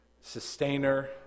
sustainer